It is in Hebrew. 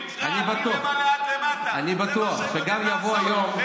אני בטוח שיבוא יום,